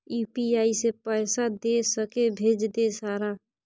UPI से पैसा दे सके भेज दे सारा?